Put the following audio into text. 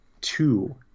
two